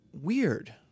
weird